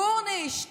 גורנישט.